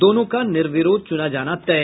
दोनों का निर्विरोध चुना जाना तय